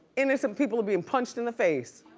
innocent people are being punched in the face,